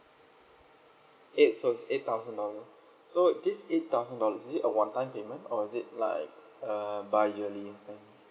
eight so it's eight thousand dollars so this eight thousand dollars is it a one time payment or is it like a biyearly thing